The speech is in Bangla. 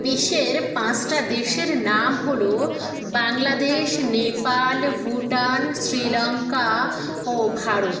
বিশ্বের পাঁচটা দেশের নাম হলো বাংলাদেশ নেপাল ভুটান শ্রীলঙ্কা ও ভারত